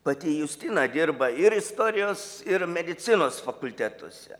pati justina dirba ir istorijos ir medicinos fakultetuose